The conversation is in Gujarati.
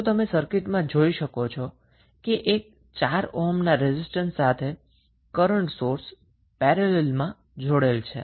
તમે સર્કિટમાં જોઈ શકો છો કે એક 4 ઓહ્મના રેઝિસ્ટન્સ સાથે કરન્ટ સોર્સ પેરેલલમાં જોડેલ છે